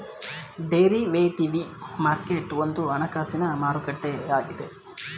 derivative market ಒಂದು ಹಣಕಾಸಿನ ಮಾರುಕಟ್ಟೆಯಾಗಿದೆ